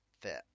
fit